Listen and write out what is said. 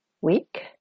week